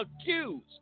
accused